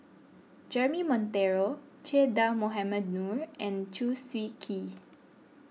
Jeremy Monteiro Che Dah Mohamed Noor and Chew Swee Kee